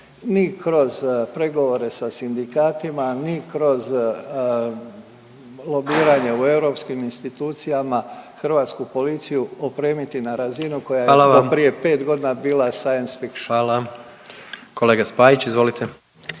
ni kroz pregovore sa sindikatima ni kroz lobiranje u europskim institucijama, hrvatsku policiju opremiti na razinu koja je … .../Upadica: Hvala vam./... do prije 5 godina